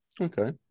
Okay